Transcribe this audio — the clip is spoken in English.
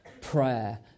prayer